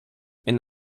він